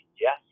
Yes